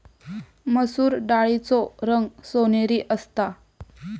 मसुर डाळीचो रंग सोनेरी असता